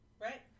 Right